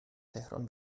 تهران